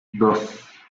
dos